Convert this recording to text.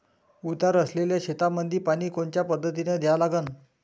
उतार असलेल्या शेतामंदी पानी कोनच्या पद्धतीने द्या लागन?